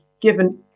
given